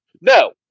No